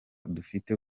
dufite